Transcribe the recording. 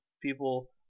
people